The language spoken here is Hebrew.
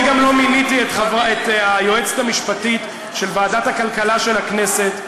אני גם לא מיניתי את היועצת המשפטית של ועדת הכלכלה של הכנסת,